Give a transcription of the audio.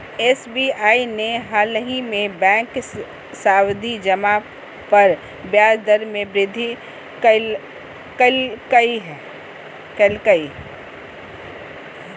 SBI ने हालही में बैंक सावधि जमा पर ब्याज दर में वृद्धि कइल्कय